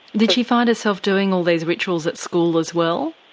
did she find herself doing all these rituals at school as well?